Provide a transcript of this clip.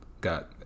got